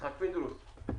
יצחק פינדרוס.